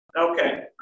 Okay